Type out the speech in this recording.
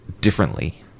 differently